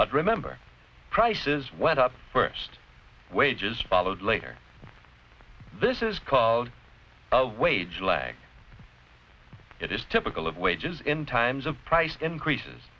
but remember prices went up first wages followed later this is called wage lag it is typical of wages in times of price increases